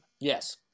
Yes